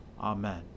Amen